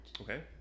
Okay